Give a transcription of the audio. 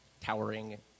towering